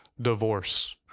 divorce